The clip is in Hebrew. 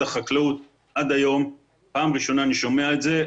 החקלאות עד היום ופער אשונה אני שומע את זה.